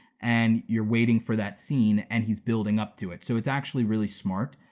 and you're waiting for that scene and he's building up to it, so it's actually really smart.